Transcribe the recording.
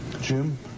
Jim